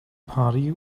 party